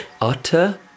utter